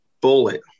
bullet